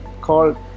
called